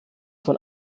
von